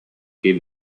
gave